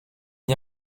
n’y